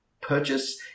purchase